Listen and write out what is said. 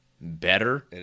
better